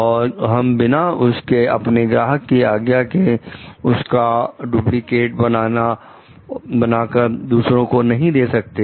और हम बिना अपने ग्राहक की आज्ञा के उसका डुप्लीकेट बनाकर दूसरों को नहीं दे सकते